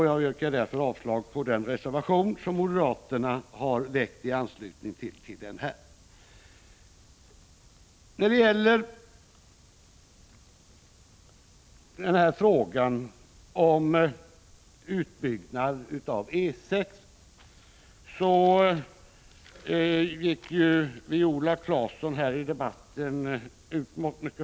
Jag yrkar därför avslag på den reservation som moderaterna har väckt i anslutning härtill. När det gäller frågan om utbyggnad av E 6 gick Viola Claesson ut mycket hårt.